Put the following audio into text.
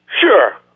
Sure